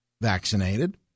vaccinated